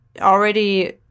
already –